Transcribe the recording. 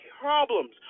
problems